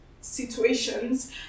situations